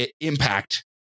impact